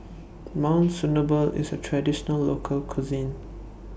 Monsunabe IS A Traditional Local Cuisine